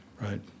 right